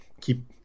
keep